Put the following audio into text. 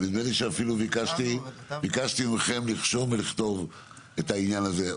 ונדמה לי שאפילו ביקשתי מכם לכתוב את העניין הזה.